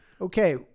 okay